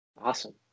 awesome